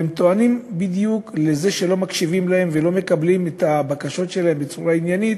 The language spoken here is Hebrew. והם טוענים שלא מקשיבים להם ולא מקבלים את הבקשות שלהם בצורה עניינית,